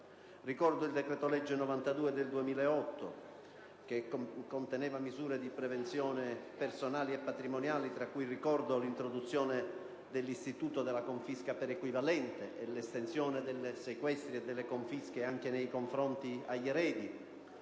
Ricordo il decreto-legge n. 92 del 2008, contenente misure di prevenzione personali e patrimoniali, tra cui ricordo l'introduzione dell'istituto della confisca per equivalente e l'estensione dei sequestri e delle confische anche agli eredi;